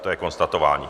To je konstatování.